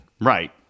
right